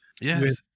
Yes